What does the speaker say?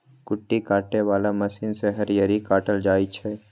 कुट्टी काटे बला मशीन से हरियरी काटल जाइ छै